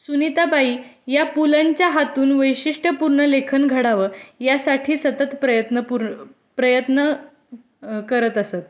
सुनीताबाई या पु लंच्या हातून वैशिष्ट्यपूर्ण लेखन घडावं यासाठी सतत प्रयत्नपूर् प्रयत्न करत असत